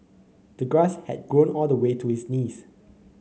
the grass had grown all the way to his knees